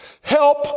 help